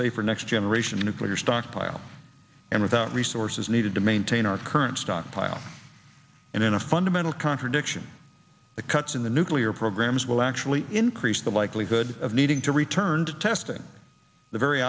safer next generation nuclear stockpile and without resources needed to maintain our current stockpile and in a fundamental contradiction the cuts in the nuclear programs will actually increase the likelihood of needing to return to testing the very